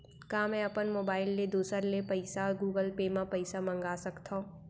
का मैं अपन मोबाइल ले दूसर ले पइसा गूगल पे म पइसा मंगा सकथव?